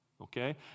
Okay